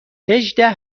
هجده